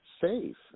safe